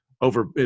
over